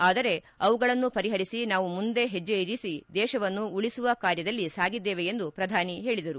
ಆದರೆ ಅವುಗಳನ್ನು ಪರಿಪರಿಸಿ ನಾವು ಮುಂದೆ ಹೆಜ್ಜೆ ಇರಿಸಿ ದೇಶವನ್ನು ಉಳಿಸುವ ಕಾರ್ಯದಲ್ಲಿ ಸಾಗಿದ್ದೇವೆ ಎಂದು ಪ್ರಧಾನಿ ಹೇಳಿದರು